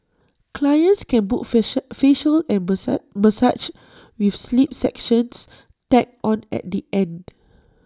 clients can book facials and massages with sleep sessions tacked on at the end